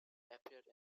appeared